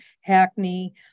Hackney